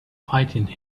fighting